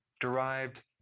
derived